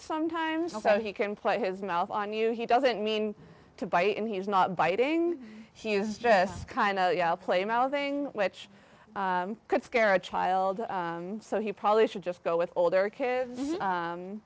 sometimes also he can play his mouth on you he doesn't mean to bite and he's not biting he was just kind of play mouthing which could scare a child five so he probably should just go with older kids